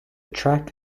track